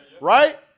right